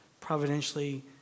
providentially